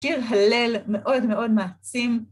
קיר הלל מאוד מאוד מעצים.